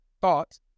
thought